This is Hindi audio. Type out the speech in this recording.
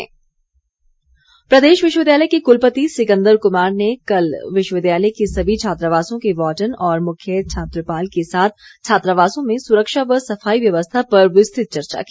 कुलपति प्रदेश विश्वविद्यालय के कुलपति डॉ सिकंदर कुमार ने कल विश्वविद्यालय के सभी छात्रावासों के वार्डन और मुख्य छात्रपाल के साथ छात्रावासों में सुरक्षा व सफाई व्यवस्था पर विस्तृत चर्चा की